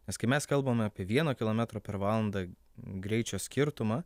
nes kai mes kalbame apie vieno kilometro per valandą greičio skirtumą